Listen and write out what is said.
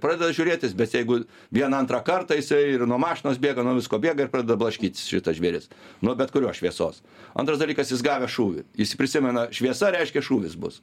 pradeda žiūrėtis bet jeigu vieną antrą kartą jisai ir nuo mašinos bėga nuo visko bėga ir pradeda blaškytis šitas žvėris nuo bet kurios šviesos antras dalykas jis gavęs šūvį jis prisimena šviesa reiškia šūvis bus